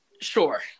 Sure